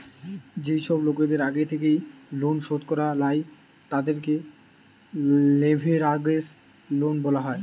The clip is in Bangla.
যেই সব লোকদের আগের থেকেই লোন শোধ করা লাই, তাদেরকে লেভেরাগেজ লোন বলা হয়